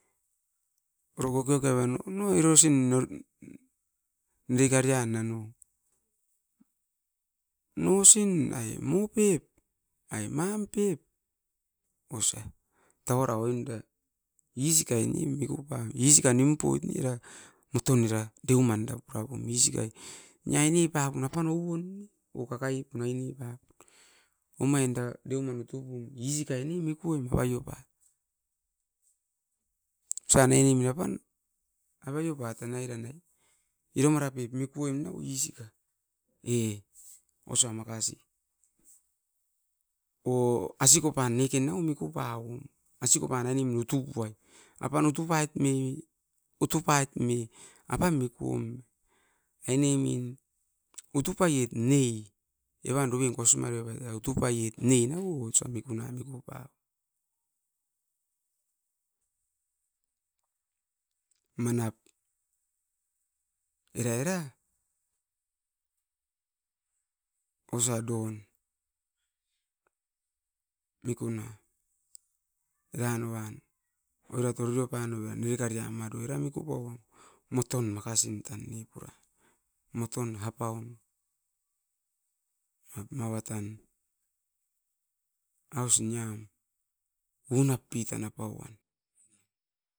Oro kokoe anoa no erasin nerivarian, nosin, mam pep, osa tau ara. Isikai nee miku pauom, isika nim poit ne, nia aine papun apan ouon ne era isikat. Omain era miku pum isikai ne mikuoim, nia kakaipum apan nesiai ounen. Osan aine apan usim poimit, avaiopatanan ne, e osa makasi. O askopan era no miku puam aine utu puai. Apan utu pait me apan mikuom, ainemin utu paiet nei ne miku paom. Manap era era osa don mikuna pura pam moton makasi puran, moton, apaun mava tan aus, unapitan.